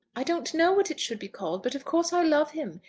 i don't know what it should be called but of course i love him.